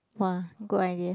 !wow! good idea